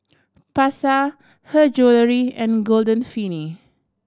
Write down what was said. Pasar Her Jewellery and Golden Peony